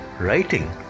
writing